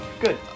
Good